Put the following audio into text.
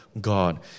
God